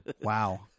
wow